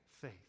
faith